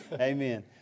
Amen